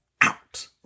out